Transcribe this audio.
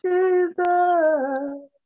Jesus